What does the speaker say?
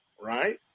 right